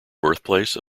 birthplace